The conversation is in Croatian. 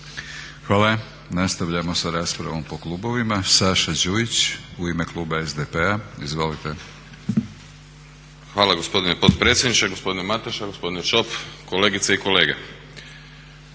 Hvala. Nastavljamo s raspravom po klubovima. Saša Đujić u ime kluba SDP-a. Izvolite. **Đujić, Saša (SDP)** Hvala gospodine potpredsjedniče. Gospodine Mateša, gospodine Ćop, kolegice i kolege.